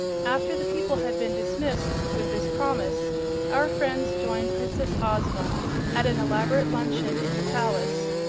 after the people had been dismissed with this promise our friends joined princess ozma at an elaborate luncheon in the palace,